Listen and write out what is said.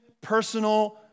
personal